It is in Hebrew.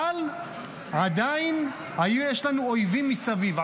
אבל עדיין יש לנו אויבים מסביב.